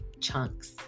chunks